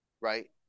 right